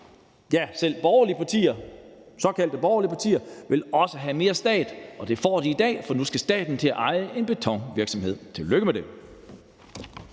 vil selv borgerlige partier, såkaldt borgerlige partier, også have mere stat. Det får de i dag, for nu skal staten til at eje en betonvirksomhed – tillykke med det!